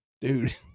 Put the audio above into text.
dude